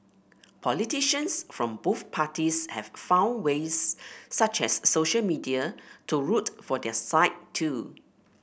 politicians from both parties have found ways such as social media to root for their side too